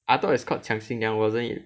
I thought it's called 抢新娘 wasn't it